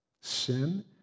Sin